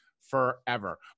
forever